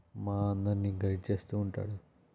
మా అందరిని గైడ్ చేస్తూ ఉంటాడు